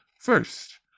First